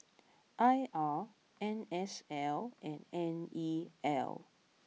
I R N S L and N E L